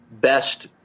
best